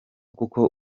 kuko